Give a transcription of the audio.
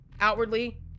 outwardly